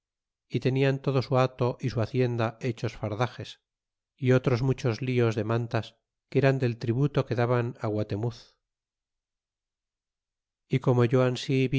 y tenian todo su hato y su hacienda hechos fardax es y otros muchos lios de mantas que eran del tributo que daban guatemuz é como yo ansi